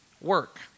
work